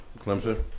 Clemson